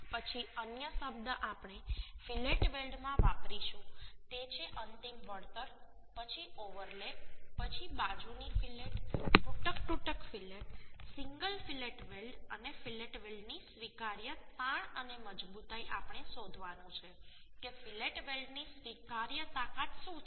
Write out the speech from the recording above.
પછી અન્ય શબ્દ આપણે ફીલેટ વેલ્ડમાં વાપરીશું તે છે અંતિમ વળતર પછી ઓવરલેપ પછી બાજુની ફીલેટ તૂટક તૂટક ફીલેટ સિંગલ ફીલેટ વેલ્ડ અને ફીલેટ વેલ્ડની સ્વીકાર્ય તાણ અને મજબૂતાઈ આપણે શોધવાનું છે કે ફીલેટ વેલ્ડની સ્વીકાર્ય તાકાત શું છે